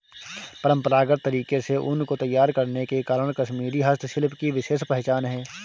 परम्परागत तरीके से ऊन को तैयार करने के कारण कश्मीरी हस्तशिल्प की विशेष पहचान है